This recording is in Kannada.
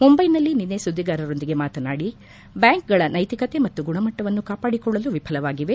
ಮುಂಬೈನಲ್ಲಿ ನಿನ್ನೆ ಸುದ್ವಿಗಾರರೊಂದಿಗೆ ಮಾತನಾಡಿ ಬ್ಲಾಂಕ್ಗಳ ನ್ನೆತಿಕತೆ ಮತ್ತು ಗುಣಮಟ್ಟವನ್ನು ಕಾಪಾಡಿಕೊಳ್ಳಲು ವಿಫಲವಾಗಿವೆ